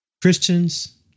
Christians